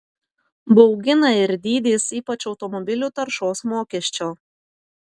baugina ir dydis ypač automobilių taršos mokesčio